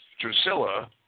Drusilla